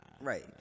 right